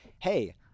hey